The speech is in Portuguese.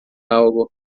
algo